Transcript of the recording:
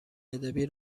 ادبی